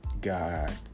God